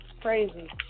crazy